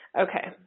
Okay